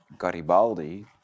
Garibaldi